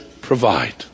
provide